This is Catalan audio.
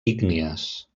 ígnies